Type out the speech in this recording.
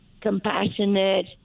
compassionate